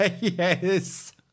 Yes